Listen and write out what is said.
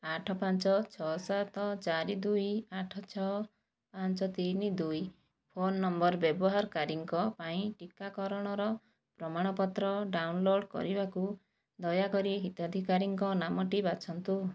ଆଠ ପାଞ୍ଚ ଛଅ ସାତ ଚାରି ଦୁଇ ଆଠ ଛଅ ପାଞ୍ଚ ତିନି ଦୁଇ ଫୋନ ନମ୍ବର ବ୍ୟବହାରକାରୀଙ୍କ ପାଇଁ ଟିକାକରଣର ପ୍ରମାଣପତ୍ର ଡାଉନଲୋଡ଼୍ କରିବାକୁ ଦୟାକରି ହିତାଧିକାରୀଙ୍କ ନାମଟି ବାଛନ୍ତୁ